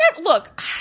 Look